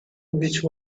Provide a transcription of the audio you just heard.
which